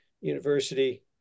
university